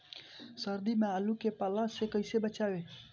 सर्दी में आलू के पाला से कैसे बचावें?